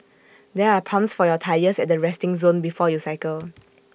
there are pumps for your tyres at the resting zone before you cycle